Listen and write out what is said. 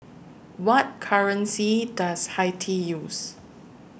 What currency Does Haiti use